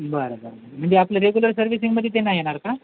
बरं बरं म्हणजे आपलं रेगुलर सर्विसिंगमध्ये ते नाही येणार का